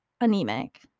anemic